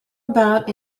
about